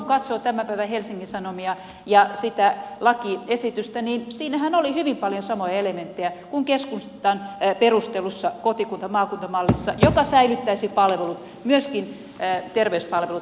kun katsoo tämän päivän helsingin sanomia ja sitä lakiesitystä niin siinähän oli hyvin paljon samoja elementtejä kuin keskustan perustellussa kotikuntamaakunta mallissa joka säilyttäisi palvelut myöskin terveyspalvelut lähellä ihmisiä